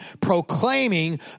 proclaiming